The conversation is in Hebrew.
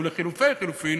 ולחלופי חלופין,